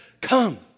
come